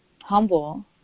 humble